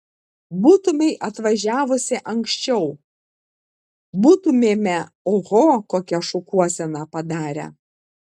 būtumei atvažiavusi anksčiau būtumėme oho kokią šukuoseną padarę